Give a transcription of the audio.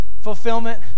fulfillment